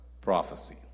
prophecy